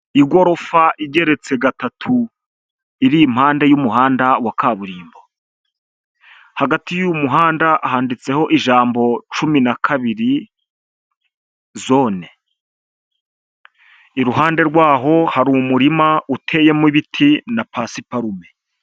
Igorofa igeretse gatatu, iri impande y'umuhanda wa kaburimbo, hagati y'uyu muhanda handitseho ijambo cumi na kabiri zone, iruhande rwaho hari umurima uteyemo ibiti na pasiparume.